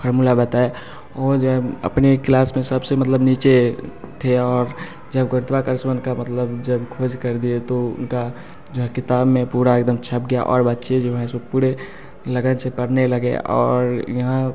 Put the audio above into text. formula बताए वह जो है अपने क्लास में सबसे मतलब नीचे थे और जब गुरुत्वाकर्षवण का मतलब जब खोज कर दिए तो उनका जो है किताब में पूरा एकदम छप गया और बच्चे जो हैं से पूरे लगन से पढ़ने लगे और यहाँ